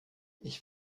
ich